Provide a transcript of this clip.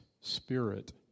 spirit